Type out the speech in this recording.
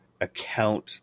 account